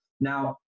Now